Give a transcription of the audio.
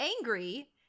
angry